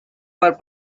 for